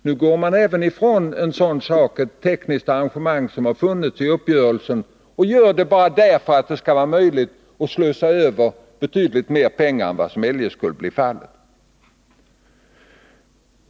Nu går man ifrån även en sådan sak som har funnits i uppgörelsen, bara för att det skall bli möjligt att slussa över betydligt mer pengar än vad som eljest skulle bli fallet.